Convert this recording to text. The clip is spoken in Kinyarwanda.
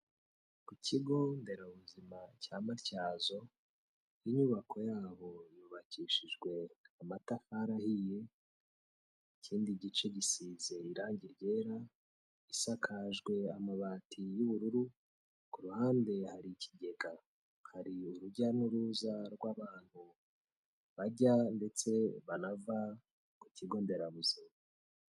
Ku kigo nderabuzima cya Matyazo, inyubako yabo yubakishijwe amatafari ahiye, ikindi gice gisize irangi ryera, isakajwe amabati y'ubururu, ku ruhande hari ikigega. Hari urujya n'uruza rw'abantu bajya ndetse banava ku kigo nderabuzima.